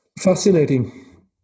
Fascinating